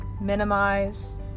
minimize